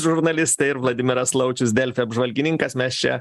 žurnalistai ir vladimiras laučius delfi apžvalgininkas mes čia